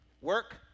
Work